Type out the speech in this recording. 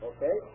Okay